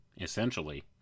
essentially